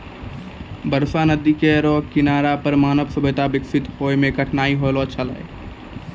बरसा नदी केरो किनारा पर मानव सभ्यता बिकसित होय म कठिनाई होलो छलै